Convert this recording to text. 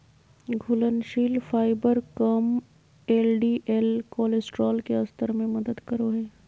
घुलनशील फाइबर कम LDL cholesterol के स्तर में मदद करो हइ